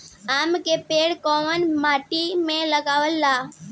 आम के पेड़ कोउन माटी में लागे ला?